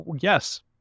Yes